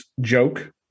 joke